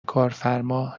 کارفرما